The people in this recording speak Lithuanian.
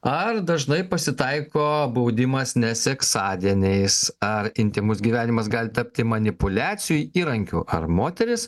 ar dažnai pasitaiko baudimas ne seksadieniais ar intymus gyvenimas gali tapti manipuliacijų įrankiu ar moterys